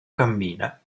cammina